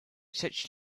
such